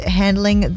handling